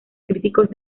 críticos